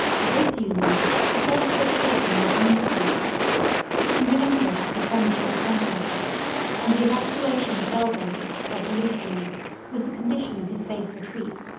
to this union the forces of shiracouh were unequal he relinquished the premature conquest and the evacuation of belbeis or pelusium was the condition of his safe retreat.